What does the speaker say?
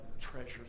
treasures